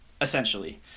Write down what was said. essentially